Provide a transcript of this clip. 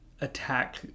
attack